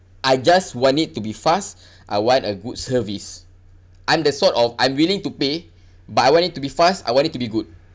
I just want it to be fast I want a good service I'm the sort of I'm willing to pay but I want it to be fast I want it to be good